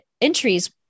entries